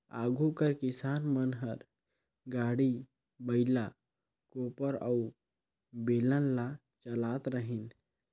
आघु कर किसान मन हर गाड़ी, बइला, कोपर अउ बेलन ल चलात रहिन